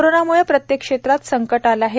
कोरोनाम्ळे प्रत्येक क्षेत्रात संकट आले आहे